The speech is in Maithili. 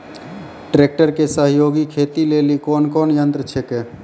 ट्रेकटर के सहयोगी खेती लेली कोन कोन यंत्र छेकै?